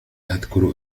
أذكر